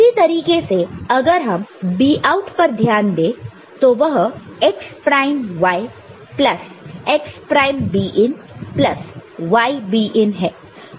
इसी तरीके से अगर हम b out पर ध्यान दे तो वह x prime y plus x prime b in plus y b in है